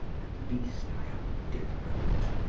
at least i am different.